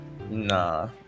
Nah